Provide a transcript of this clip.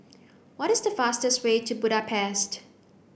what is the fastest way to Budapest